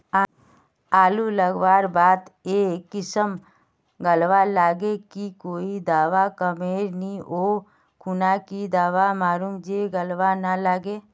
आलू लगवार बात ए किसम गलवा लागे की कोई दावा कमेर नि ओ खुना की दावा मारूम जे गलवा ना लागे?